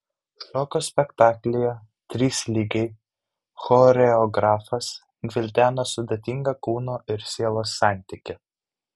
šokio spektaklyje trys lygiai choreografas gvildena sudėtingą kūno ir sielos santykį